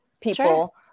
people